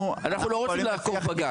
אנחנו לא רוצים לעקוף בג"ץ.